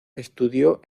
estudió